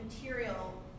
material